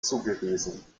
zugewiesen